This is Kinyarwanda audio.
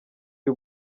y’u